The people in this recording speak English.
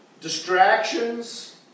Distractions